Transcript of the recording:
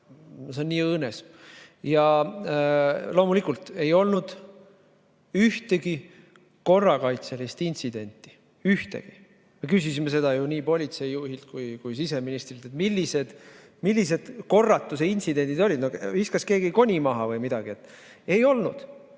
on nii õõnes. Loomulikult ei olnud ühtegi korrakaitselist intsidenti, ühtegi. Me küsisime seda ju nii politseijuhilt kui ka siseministrilt, millised korratuse intsidendid olid, kas keegi viskas koni maha või midagi. Ei olnud.